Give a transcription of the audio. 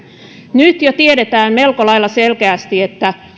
nyt jo tiedetään melko lailla selkeästi että